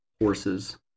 horses